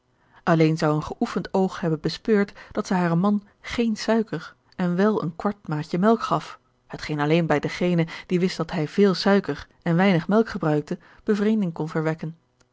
zou een geoefend oog hebben bespeurd dat zij haren man geene suiker en wel een kwart maatje melk gaf hetgeen alleen bij dengene die wist dat hij veel suiker en weinig melk gebruikte bevreemding kon verwekken